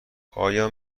آیا